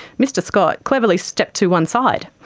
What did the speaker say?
mr scott cleverly stepped to one side,